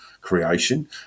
Creation